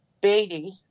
Beatty